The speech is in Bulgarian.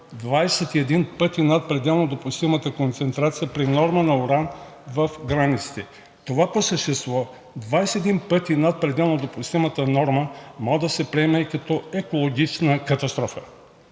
21 пъти над пределно допустимата концентрация при норма на уран в границите. Това по същество – 21 пъти над пределно допустимата норма, може да се приеме и като екологична катастрофа.